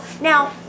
Now